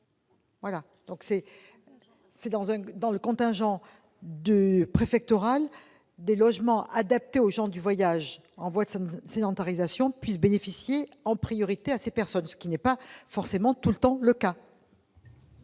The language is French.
les logements du contingent préfectoral adaptés aux gens du voyage en voie de sédentarisation puissent bénéficier en priorité à ces personnes, ce qui n'est pas forcément toujours le cas.